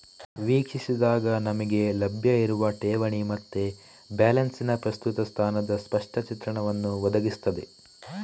ವೀಕ್ಷಿಸಿದಾಗ ನಮಿಗೆ ಲಭ್ಯ ಇರುವ ಠೇವಣಿ ಮತ್ತೆ ಬ್ಯಾಲೆನ್ಸಿನ ಪ್ರಸ್ತುತ ಸ್ಥಾನದ ಸ್ಪಷ್ಟ ಚಿತ್ರಣವನ್ನ ಒದಗಿಸ್ತದೆ